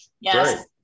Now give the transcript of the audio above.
Yes